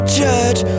judge